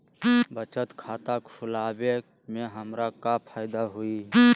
बचत खाता खुला वे में हमरा का फायदा हुई?